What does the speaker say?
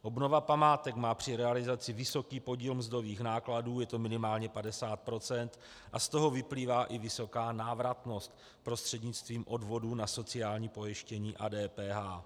Obnova památek má při realizaci vysoký podíl mzdových nákladů, je to minimálně 50 %, a z toho vyplývá i vysoká návratnost prostřednictvím odvodů na sociální pojištění a DPH.